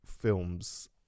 films